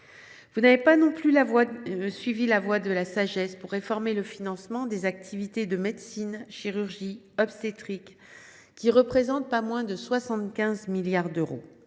Vous n’avez pas non plus suivi la voie de la sagesse pour réformer le financement des activités médecine chirurgie obstétrique (MCO), qui représentent pas moins de 75 milliards d’euros.